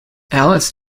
alice